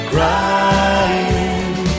Crying